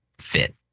fit